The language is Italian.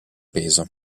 peso